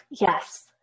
Yes